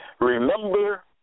Remember